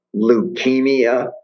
leukemia